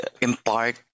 impart